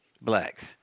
blacks